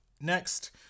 Next